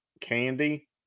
candy